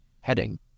Heading